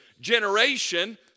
generation